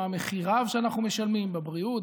מה המחירים שאנחנו משלמים בבריאות,